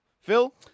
Phil